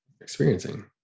experiencing